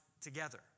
together